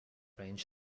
range